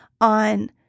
on